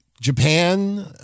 Japan